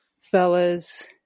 fellas